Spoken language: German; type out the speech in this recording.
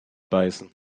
beißen